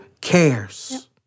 cares